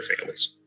families